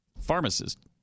pharmacist